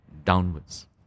downwards